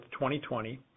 2020